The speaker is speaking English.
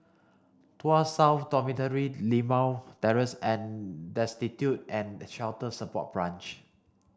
Tuas South Dormitory Limau Terrace and Destitute and Shelter Support Branch